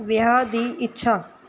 ਵਿਆਹ ਦੀ ਇੱਛਾ